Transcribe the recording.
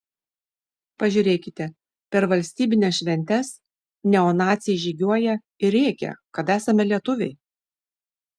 pažiūrėkite per valstybines šventes neonaciai žygiuoja ir rėkia kad esame lietuviai